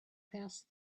past